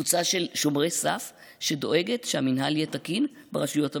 יש קבוצה של שומרי סף שדואגת שהמינהל יהיה תקין ברשויות המקומיות.